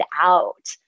out